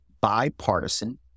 bipartisan